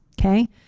Okay